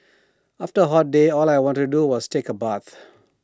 after A hot day all I want to do was take A bath